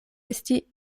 esti